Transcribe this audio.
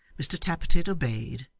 mr tappertit obeyed,